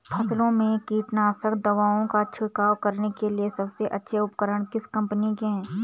फसलों में कीटनाशक दवाओं का छिड़काव करने के लिए सबसे अच्छे उपकरण किस कंपनी के हैं?